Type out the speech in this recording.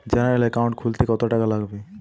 General account খুলতে কত টাকা লাগবে?